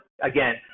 again